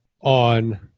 on